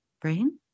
brain